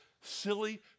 silly